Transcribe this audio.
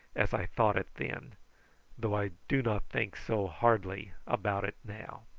as i thought it then, though i do not think so hardly about it now.